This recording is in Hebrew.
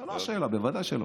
זו לא השאלה, בוודאי שלא.